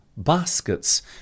Baskets